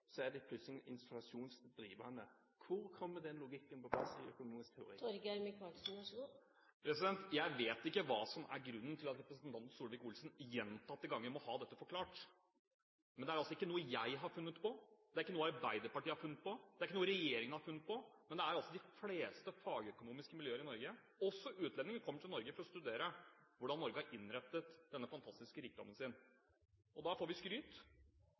så er det plutselig inflasjonsdrivende? Hvor kommer den logikken på plass i økonomisk teori? Jeg vet ikke hva som er grunnen til at representanten Solvik-Olsen gjentatte ganger må ha dette forklart. Men det er altså ikke noe jeg har funnet på, det er ikke noe Arbeiderpartiet har funnet på, det er ikke noe regjeringen har funnet på, men det er altså de fleste fagøkonomiske miljøer i Norge. Også utlendinger kommer til Norge for å studere hvordan Norge har innrettet denne fantastiske rikdommen sin. Da får vi skryt,